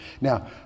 Now